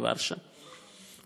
בוורשה,